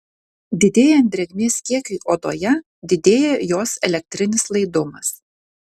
didėjant drėgmės kiekiui odoje didėja jos elektrinis laidumas